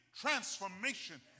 transformation